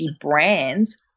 brands